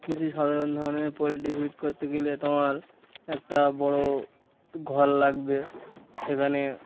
কিছু সাধারণ ধরনের পোলট্রি ফিড করতে গেলে তোমার একটা বড় ঘর লাগবে সেখানে